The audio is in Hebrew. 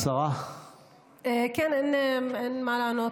שאין שום סמכות חוקית לתת היתרים חדשים.